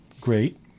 great